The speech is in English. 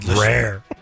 Rare